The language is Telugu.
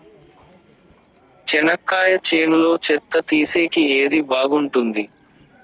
చెనక్కాయ చేనులో చెత్త తీసేకి ఏది బాగుంటుంది?